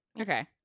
Okay